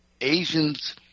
Asians